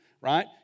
right